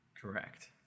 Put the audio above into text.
correct